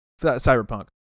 Cyberpunk